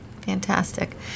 Fantastic